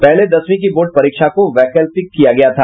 पहले दसवीं की बोर्ड परीक्षा को वैकल्पिक किया गया था